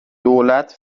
دولت